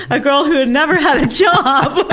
a girl who'd never had a job!